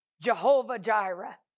Jehovah-Jireh